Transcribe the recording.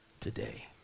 today